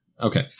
Okay